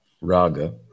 Raga